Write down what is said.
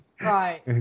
Right